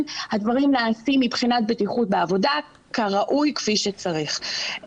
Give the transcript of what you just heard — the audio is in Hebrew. הדברים נעשים מבחינת בטיחות בעבודה כראוי וכפי שצריך.